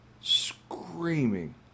screaming